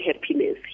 happiness